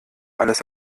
alles